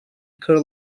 incur